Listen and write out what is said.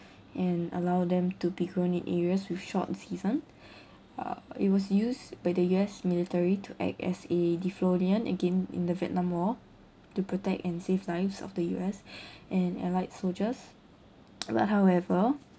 and allow them to be grown in areas with short season uh it was used by the U_S military to act as a defoliant again in the vietnam war to protect and save lives of the U_S and allied soldiers but however